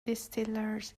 distillers